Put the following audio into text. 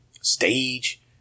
Stage